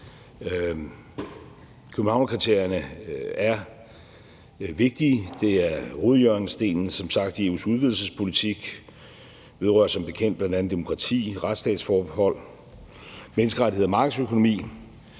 Københavnskriterierne er vigtige. Det er som sagt hovedhjørnestenen i EU's udvidelsespolitik. Det vedrører som bekendt bl.a. demokrati, retsstatsforbehold, menneskerettigheder og markedsøkonomi.